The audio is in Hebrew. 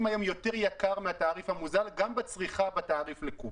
היום יותר יקר מהתעריף המוזל גם בצריכה בתעריף לקוב.